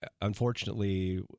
Unfortunately